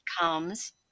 comes